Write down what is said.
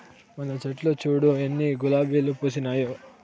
మన చెట్లు చూడు ఎన్ని గులాబీలు పూసినాయో